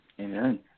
Amen